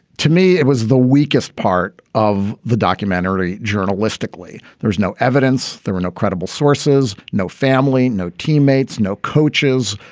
to me, it was the weakest part of the documentary journalistically. there's no evidence there were no credible sources, sources, no family, no teammates, no coaches.